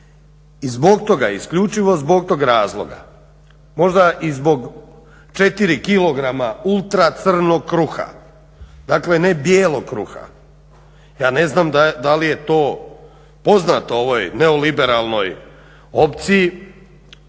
I zbog toga, isključivo zbog tog razloga, možda i zbog 4 kilograma ultra crnog kruha, dakle ne bijelog kruha. Ja ne znam da li je to poznato ovoj neoliberalnoj opciji,